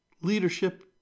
Leadership